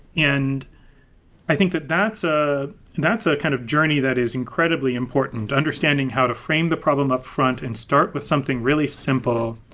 and i think that that's ah and that's a kind of journey that is incredibly important to understanding how to frame the problem up front and start with something really simple,